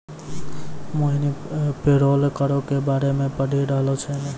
मोहिनी payroll करो के बारे मे पढ़ि रहलो छलै